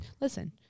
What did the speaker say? listen